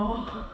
oh